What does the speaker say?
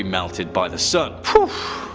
melted by the sun.